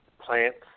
plants